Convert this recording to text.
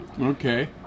okay